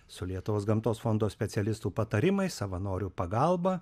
su lietuvos gamtos fondo specialistų patarimais savanorių pagalba